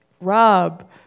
Rob